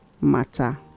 matter